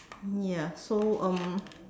ya so um